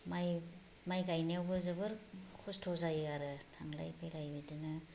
माइ माइ गायनायावबो जोबोर खस्त' जायो आरो थांलाय फैलाय बिदिनो